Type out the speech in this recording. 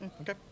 Okay